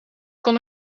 kon